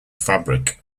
fabric